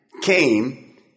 came